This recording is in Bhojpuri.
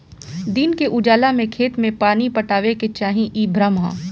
दिन के उजाला में खेत में पानी पटावे के चाही इ भ्रम ह